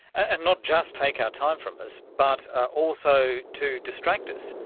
and not just take our time from us but ah also to distract us,